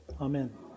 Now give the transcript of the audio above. Amen